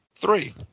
three